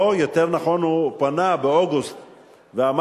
או יותר נכון, הוא פנה באוגוסט ואמר: